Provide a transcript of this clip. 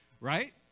right